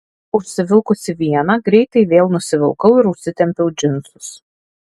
užsivilkusi vieną greitai vėl nusivilkau ir užsitempiau džinsus